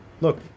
look